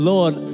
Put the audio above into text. Lord